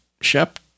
Shep